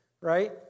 right